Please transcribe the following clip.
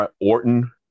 Orton